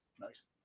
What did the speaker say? Nice